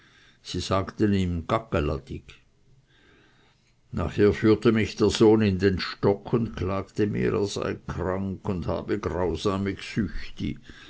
sie sagten ihm gaggeladig nachher führte mich der sohn in den stock und klagte mir er sei krank und habe grausame